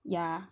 ya